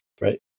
right